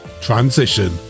transition